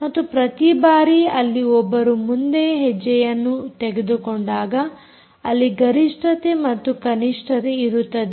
ಮತ್ತು ಪ್ರತಿ ಬಾರಿ ಅಲ್ಲಿ ಒಬ್ಬರು ಮುಂದೆ ಹೆಜ್ಜೆಯನ್ನು ತೆಗೆದುಕೊಂಡಾಗ ಅಲ್ಲಿ ಗರಿಷ್ಠತೆ ಮತ್ತು ಕನಿಷ್ಠತೆ ಇರುತ್ತದೆ